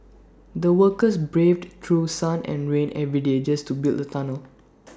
the workers braved through sun and rain every day just to build the tunnel